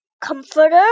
comforter